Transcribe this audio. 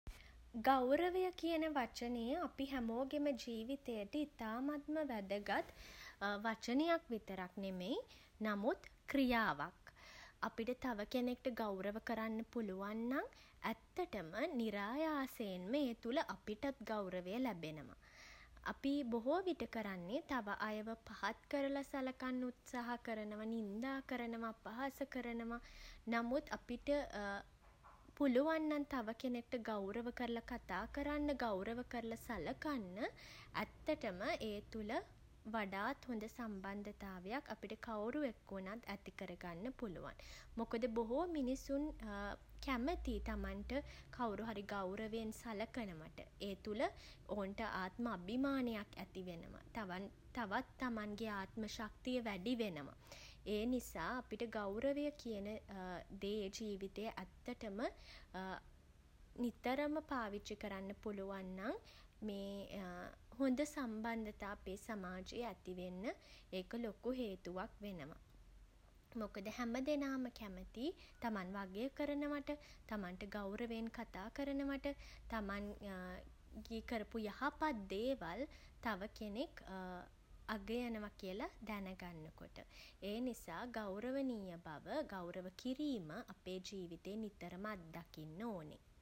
ගෞරවය කියන වචනය අපි හැමෝගෙම ජීවිතයට ඉතාමත්ම වැදගත් වචනයක් විතරක් නෙමෙයි නමුත් ක්‍රියාවක්. අපට තව කෙනෙක්ට ගෞරව කරන්න පුළුවන් නම් ඇත්තටම නිරායාසයෙන්ම ඒ තුළ අපිටත් ගෞරවය ලැබෙනවා. අපි බොහෝ විට කරන්නේ තව අයව පහත් කරලා සලකන්න උත්සාහ කරනවා. නින්දා කරනවා අපහාස කරනවා. නමුත් අපිට පුළුවන් නම් තව කෙනෙක්ට ගෞරව කරලා කතා කරන්න ගෞරව කරලා සලකන්න ඇත්තටම ඒ තුළ වඩාත් හොඳ සම්බන්ධතාවයක් අපිට කවුරු එක් වුණත් ඇතිකර ගන්න පුළුවන්. මොකද බොහෝ මිනිසුන් කැමති තමන්ට කවුරුහරි ගෞරවයෙන් සලකනවට. ඒ තුළ ඔවුන්ට ආත්ම අභිමානයක් ඇති වෙනවා තවත් තමන්ගේ ආත්ම ශක්තිය වැඩි වෙනවා. ඒ නිසා අපිට ගෞරවය කියන දේ ජීවිතේ ඇත්තටම නිතරම පාවිච්චි කරන්න පුළුවන් නම් මේ හොඳ සම්බන්ධතා අපේ සමාජයේ ඇති වෙන්න ඒක ලොකු හේතුවක් වෙනවා. මොකද හැම දෙනාම කැමැතියි තමන්ව අගේ කරනවට. තමන්ට ගෞරවයෙන් කතා කරනවට. තමන්ගේ කරපු යහපත් දේවල් තව කෙනෙක් අගයනවා කියල දැන ගන්න කොට. ඒ නිසා ගෞරවනීය බව ගෞරව කිරීම ඔබේ ජීවිතයේ නිතරම අත්දකින්න ඕන.